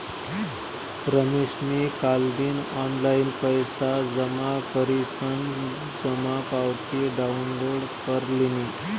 रमेशनी कालदिन ऑनलाईन पैसा जमा करीसन जमा पावती डाउनलोड कर लिनी